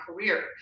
career